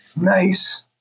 Nice